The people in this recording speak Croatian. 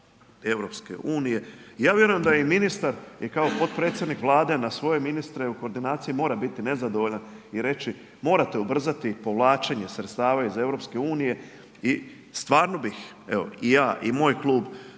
EU. I ja vjerujem da i ministar i kao potpredsjednik Vlade na svoje ministre u koordinaciji mora biti nezadovoljan i reći morate ubrzati povlačenje sredstava iz EU i stvarno bih evo i ja i moj klub